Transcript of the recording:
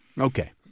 Okay